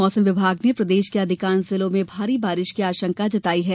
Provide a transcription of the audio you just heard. मौसम विभाग ने प्रदेश के अधिकांश जिलों में भारी बारिश की आशंका जताई है